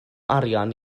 arian